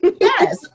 Yes